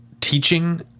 teaching